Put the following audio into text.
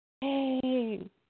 Hey